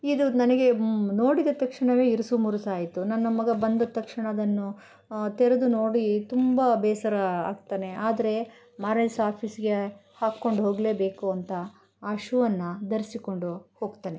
ಇದು ನನಗೆ ನೋಡಿದ ತಕ್ಷಣವೇ ಇರುಸು ಮುರುಸು ಆಯ್ತು ನನ್ನ ಮಗ ಬಂದ ತಕ್ಷಣ ಅದನ್ನು ತೆರೆದು ನೋಡಿ ತುಂಬ ಬೇಸರ ಆಗ್ತಾನೆ ಆದರೆ ಮಾರನೇ ದಿವರ ಆಫೀಸಿಗೆ ಹಾಕ್ಕೊಂಡ್ಹೋಗಲೇಬೇಕು ಅಂತ ಆ ಶೂವನ್ನು ಧರಿಸಿಕೊಂಡು ಹೋಗ್ತಾನೆ